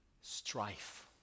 strife